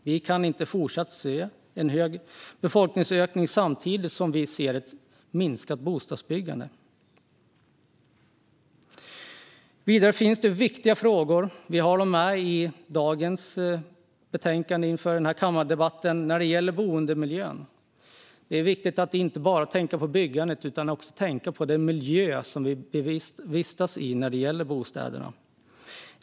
Vi kan inte se en hög befolkningsökning samtidigt som vi ser ett minskat bostadsbyggande. Det finns även andra viktiga frågor i det betänkande vi debatterar i dag, och det gäller boendemiljön. Det är viktigt att inte bara tänka på byggandet utan också på den miljö som vi vistas i kring bostäderna.